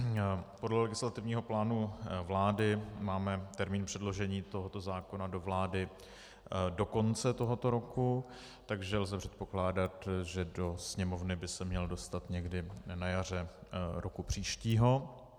Podle legislativního plánu vlády máme termín předložení tohoto zákona do vlády do konce tohoto roku, takže lze předpokládat, že do Sněmovny by se měl dostat někdy na jaře roku příštího.